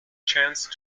chance